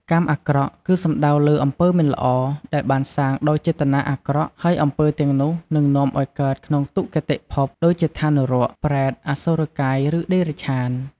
កម្មអាក្រក់ គឺសំដៅលើអំពើមិនល្អដែលបានសាងដោយចេតនាអាក្រក់ ហើយអំពើទាំងនោះនឹងនាំឲ្យកើតក្នុងទុគតិភព ដូចជាឋាននរក ប្រេត អសុរកាយ ឬតិរច្ឆាន។